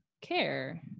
care